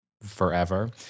forever